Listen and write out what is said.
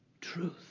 Truth